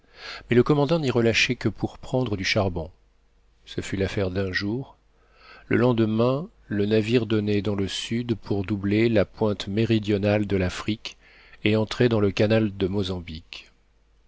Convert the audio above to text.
mais le commandant n'y relâchait que pour prendre du charbon ce fut l'affaire d'un jour le lendemain le navire donnait dans le sud pour doubler la pointe méridionale de l'afrique et entrer dans le canal de mozambique